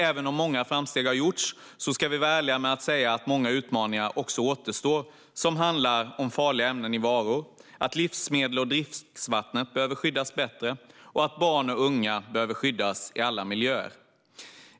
Även om många framsteg har gjorts ska vi vara ärliga och säga att många utmaningar återstår. Det handlar om farliga ämnen i varor, om att livsmedel och dricksvatten behöver skyddas bättre och om att barn och unga behöver skyddas i alla miljöer.